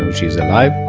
she's alive i